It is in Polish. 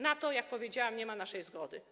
Na to, jak powiedziałam, nie ma naszej zgody.